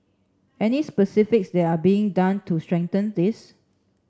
any specifics that are being done to strengthen this